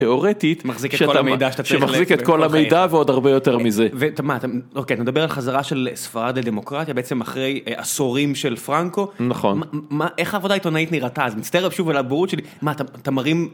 תיאורטית, שמחזיק את כל המידע ועוד הרבה יותר מזה. אוקיי, נדבר על חזרה של ספרד לדמוקרטיה בעצם אחרי עשורים של פרנקו, נכון. איך העבודה העיתונאית נראתה? אז מצטער שוב על הבורות שלי, מה אתה מרים?